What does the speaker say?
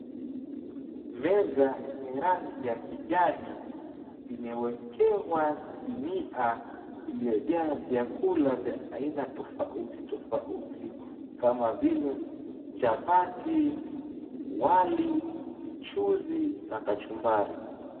Meza yenye rangi ya kijani imewekewa sinia iliyojaa vyakula vya aina tofauti tofauti kama vile, chapati, wali, mchuzi na kachumbari.